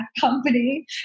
company